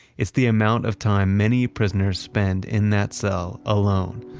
it's the amount of time many prisoners spend in that cell, alone,